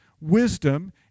Wisdom